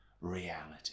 reality